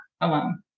alone